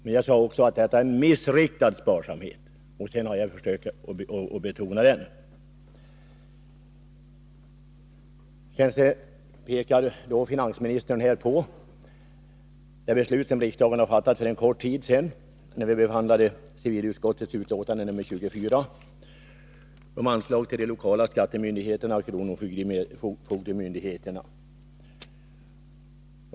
Men jag sade också att detta är en missriktad sparsamhet, och det har jag ytterligare betonat. Finansministern pekade vidare på det beslut som riksdagen fattade för en kort tid sedan, när vi behandlade civilutskottets betänkande nr 24 om anslag till de lokala skattemyndigheterna och kronofogdemyndigheterna.